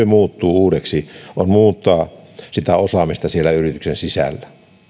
muuttuu uudeksi on muuttaa osaamista siellä yrityksen sisällä